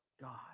God